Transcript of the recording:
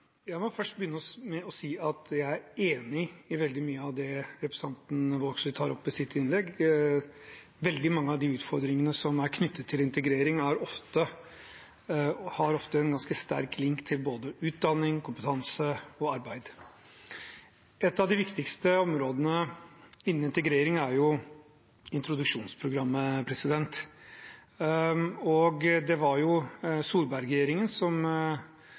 det representanten Vågslid tar opp i sitt innlegg. Veldig mange av de utfordringene som er knyttet til integrering, har ofte en ganske sterk link til både utdanning, kompetanse og arbeid. Et av de viktigste områdene innen integrering er introduksjonsprogrammet. Det var Solberg-regjeringen som tok en del grep på det feltet, og som fornyet veldig mye av det